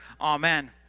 Amen